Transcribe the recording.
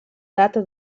data